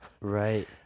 right